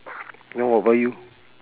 then what about you